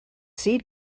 seed